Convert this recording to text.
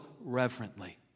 reverently